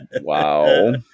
Wow